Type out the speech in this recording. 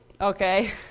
Okay